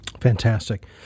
Fantastic